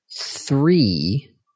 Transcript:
Three